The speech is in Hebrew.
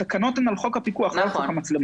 התקנות הן על חוק הפיקוח, לא על חוק המצלמות.